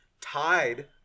tied